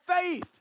faith